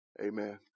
amen